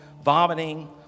vomiting